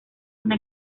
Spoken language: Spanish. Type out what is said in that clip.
una